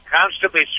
constantly